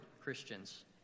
Christians